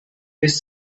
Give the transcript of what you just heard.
his